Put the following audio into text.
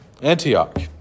Antioch